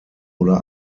oder